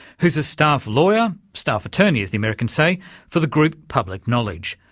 who's a staff lawyer staff attorney as the americans say for the group public knowledge,